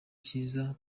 cyiza